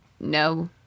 No